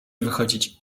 wychodzić